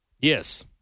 Yes